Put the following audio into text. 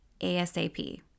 ASAP